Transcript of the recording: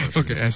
okay